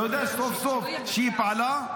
אתה יודע שהיא פעלה סוף-סוף?